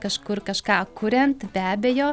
kažkur kažką kuriant be abejo